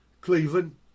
Cleveland